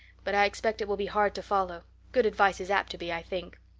but i expect it will be hard to follow good advice is apt to be, i think.